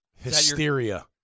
Hysteria